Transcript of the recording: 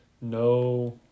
No